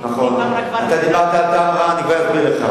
נכון, אתה דיברת על תמרה, אני כבר אסביר לך.